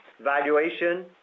valuation